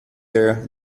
air